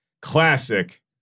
classic